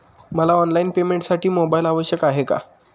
मला ऑनलाईन पेमेंटसाठी मोबाईल आवश्यक आहे का?